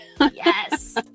yes